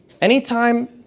Anytime